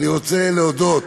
אני רוצה להודות